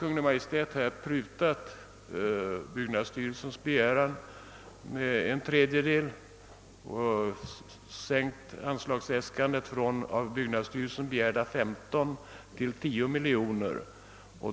Kungl. Maj:t har prutat ned byggnadsstyrelsens begäran med en tredjedel och sänkt anslagsäskandet från av byggnadsstyrelsen begärda 15 miljoner till 10 miljoner kronor.